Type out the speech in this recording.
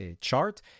Chart